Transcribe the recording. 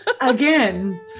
Again